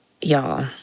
Y'all